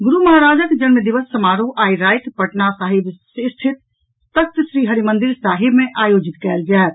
गुरू महाराजक जन्मदिवस समारोह आइ राति पटना साहिब स्थित तख्तश्री हरिमंदिर साहिब मे आयोजित कयल जायत